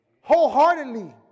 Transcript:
Wholeheartedly